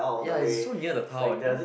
ya is so near the town